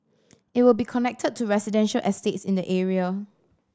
it will be connected to residential estates in the area